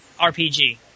RPG